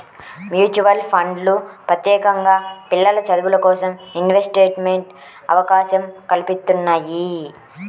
mutual ఫండ్లు ప్రత్యేకంగా పిల్లల చదువులకోసం ఇన్వెస్ట్మెంట్ అవకాశం కల్పిత్తున్నయ్యి